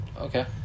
Okay